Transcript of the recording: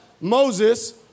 Moses